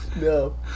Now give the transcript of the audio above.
No